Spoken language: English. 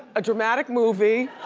a dramatic movie,